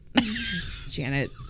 Janet